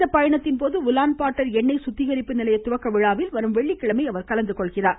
இந்த பயணத்தின்போது Ulaanbaatar எண்ணெய் சுத்திகரிப்பு நிலைய துவக்கவிழாவில் வரும் வெள்ளிக்கிழமை அவர் கலந்துகொள்கிறார்